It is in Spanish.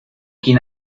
quién